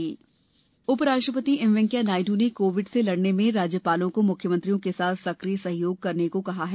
राज्यपाल बैठक उपराष्ट्रपति एम वेंकैया नायडू ने कोविड से लड़ने में राज्यपालों को मुख्यमंत्रियों के साथ सक्रिय सहयोग करने को कहा है